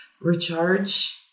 recharge